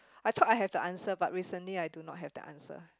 I thought I have the answer but recently I do not have the answer